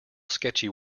sketchy